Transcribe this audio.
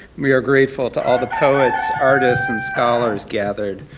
we are grateful to all the poets, artists, and scholars gathered,